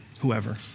whoever